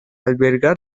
albergar